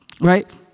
right